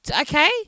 Okay